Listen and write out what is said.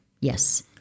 Yes